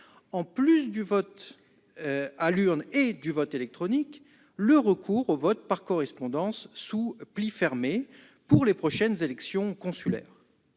en plus du vote à l'urne et du vote électronique, le recours au vote par correspondance sous pli fermé pour les prochaines élections consulaires.